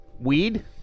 weed